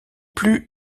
plus